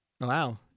wow